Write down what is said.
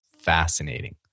fascinating